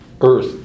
earth